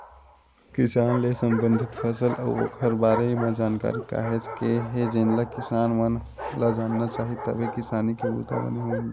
किसानी ले संबंधित फसल अउ ओखर बारे म जानकारी काहेच के हे जेनला किसान मन ल जानना चाही तभे किसानी के बूता बने होही